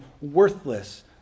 worthless